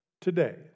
Today